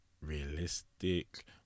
realistic